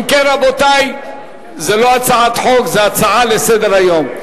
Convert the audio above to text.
אם כן, רבותי, זה לא הצעת חוק, זה הצעה לסדר-היום.